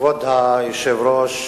כבוד היושב-ראש,